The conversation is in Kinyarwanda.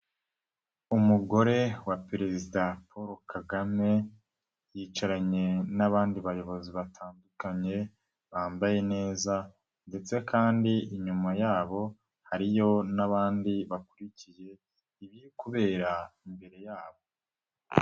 Umugore wa Perezida Paul Kagame yicaranye n'abandi bayobozi batandukanye, bambaye neza ndetse kandi inyuma yabo hariyo n'abandi bakurikiye ibi kubera imbere yabo.